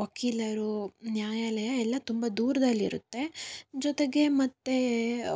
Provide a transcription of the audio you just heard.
ವಕೀಲರು ನ್ಯಾಯಾಲಯ ಎಲ್ಲ ತುಂಬ ದೂರದಲ್ಲಿರುತ್ತೆ ಜೊತೆಗೆ ಮತ್ತೆ